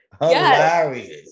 Hilarious